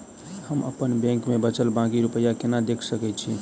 हम अप्पन बैंक मे बचल बाकी रुपया केना देख सकय छी?